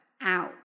out